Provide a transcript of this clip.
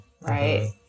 Right